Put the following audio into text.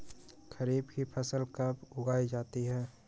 खरीफ की फसल कब उगाई जाती है?